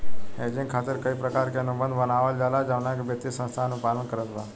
hedging खातिर कई प्रकार के अनुबंध बनावल जाला जवना के वित्तीय संस्था अनुपालन करत बा